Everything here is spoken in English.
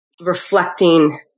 reflecting